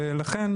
לכן,